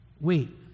wait